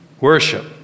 worship